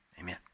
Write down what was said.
Amen